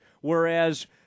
whereas